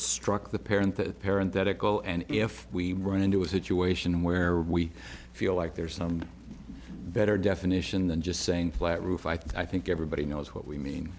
struck the parent the parent that i go and if we run into a situation where we feel like there's some better definition than just saying flat roof i think everybody knows what we mean